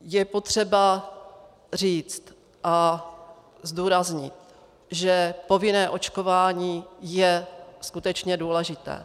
Je potřeba říct a zdůraznit, že povinné očkování je skutečně důležité.